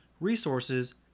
resources